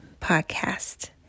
podcast